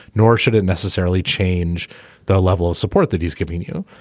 nor should it necessarily change the level of support that he's giving you.